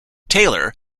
taylor